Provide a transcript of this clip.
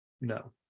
no